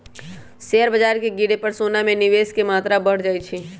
share बाजार के गिरे पर सोना में निवेश के मत्रा बढ़ जाइ छइ